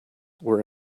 were